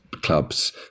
clubs